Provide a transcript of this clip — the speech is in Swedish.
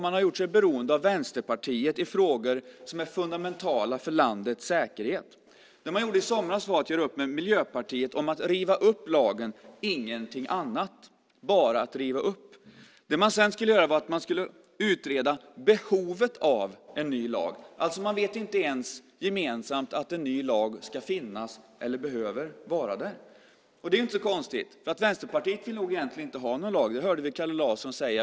Man har gjort sig beroende av Vänsterpartiet i frågor som är fundamentala för landets säkerhet. I somras gjorde man upp med Miljöpartiet om att riva upp lagen och ingenting annat. Sedan ville man utreda behovet av en ny lag. Man vet inte ens gemensamt om en ny lag ska finnas. Det är inte så konstigt. Vänsterpartiet vill nog egentligen inte ha någon lag. Det hörde vi Kalle Larsson säga.